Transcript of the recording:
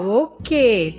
okay